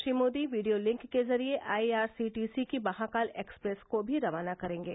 Shri Modi video link के जरिए I R C T C की महाकाल एक्सप्रेस को भी रवाना करेंगे